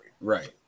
Right